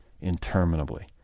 interminably